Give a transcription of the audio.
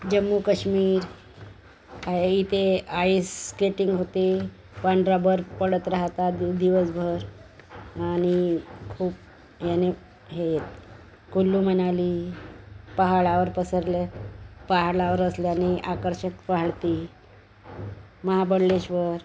जम्मू कश्मीर इथे ice skating होते पांढरा बर्फ पडत राहतात दिवसभर आणि खूप याने हे कुल्लू मनाली पहाडवर पसरल्या पहाडावर असल्याने आकर्षक पहाडती महाबळेश्वर